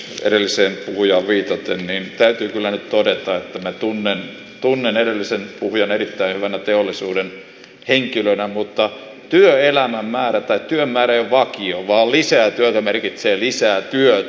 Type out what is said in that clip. edelliseen puhujaan viitaten täytyy nyt kyllä todeta että minä tunnen edellisen puhujan erittäin hyvänä teollisuuden henkilönä mutta työelämän määrä tai työn määrä ei ole vakio vaan lisää työtä merkitsee lisää työtä